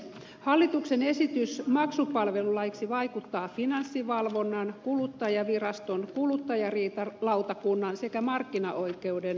hallituksen esitys maksupalvelulaiksi vaikuttaa finanssivalvonnan kuluttajaviraston kuluttajariitalautakunnan sekä markkinaoikeuden toimintoihin